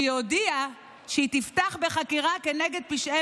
שהודיעה שהיא תפתח בחקירה כנגד פשעי